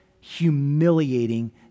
humiliating